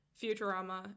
Futurama